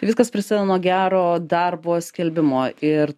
viskas prasideda nuo gero darbo skelbimo ir